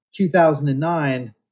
2009